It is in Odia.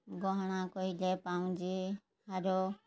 ଗହଣା କହିଲେ ପାଉଁଜି ହାର